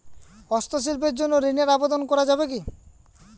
হস্তশিল্পের জন্য ঋনের আবেদন করা যাবে কি?